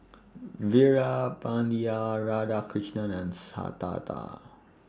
Veerapandiya Radhakrishnan and Tata